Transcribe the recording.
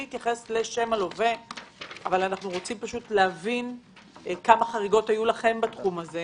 אנחנו רוצים להבין כמה חריגות היו לכם בתחום הזה,